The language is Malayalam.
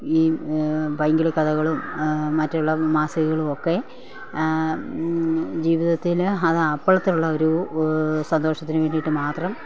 ഈ പൈങ്കിളി കഥകളും മറ്റുള്ള മാസികകളും ഒക്കെ ജീവിതത്തില് അത് അപ്പോഴത്തെ ഉള്ള ഒരു സന്തോഷത്തിന് വേണ്ടിയിട്ട് മാത്രം